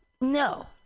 no